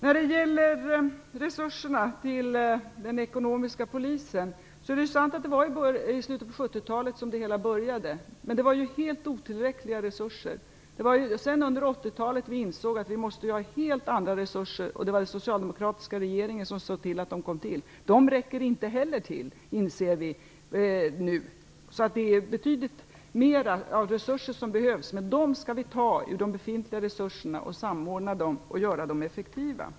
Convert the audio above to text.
Fru talman! När det gäller resurserna till den ekonomiska polisen är det sant att det hela började i slutet av 70-talet. Men resurserna var helt otillräckliga. Senare under 80-talet insåg vi att det måste till helt andra resurser, och det var den socialdemokratiska regeringen som såg till att de togs fram. Vi inser nu att dessa inte heller är tillräckliga. Det behövs betydligt mera resurser, men de skall vi ta ur de befintliga resurserna, samordna dem och göra dem effektiva.